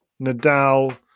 Nadal